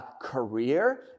career